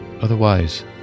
Otherwise